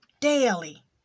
Daily